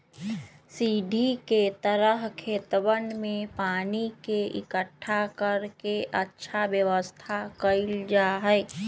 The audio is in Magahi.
सीढ़ी के तरह खेतवन में पानी के इकट्ठा कर के अच्छा व्यवस्था कइल जाहई